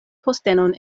postenon